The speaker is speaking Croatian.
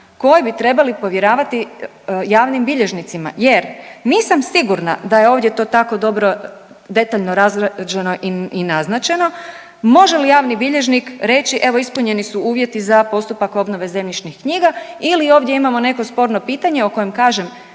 koje bi trebali povjeravati javnim bilježnicima jer nisam sigurna da je ovdje to tako dobro detaljno razrađeno i naznačeno. Može li javni bilježnik reći evo ispunjeni su uvjeti za postupak obnove zemljišnih knjiga ili ovdje imamo neko sporno pitanje o kojem kažem